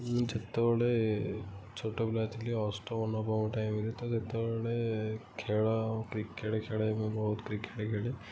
ମୁଁ ଯେତବେଳେ ଛୋଟ ପିଲା ଥିଲି ଅଷ୍ଟମ ନବମ ଟାଇମ୍ ରେ ତ ସେତବେଳେ ଖେଳ କ୍ରିକେଟ୍ ଖେଳେ ମୁଁ ବହୁତ କ୍ରିକେଟ୍ ଖେଳେ